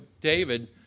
David